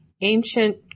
ancient